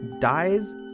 dies